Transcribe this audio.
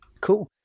cool